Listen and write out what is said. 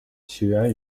起源